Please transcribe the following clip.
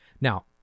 Now